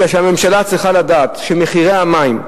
הממשלה צריכה לדעת שמחירי המים,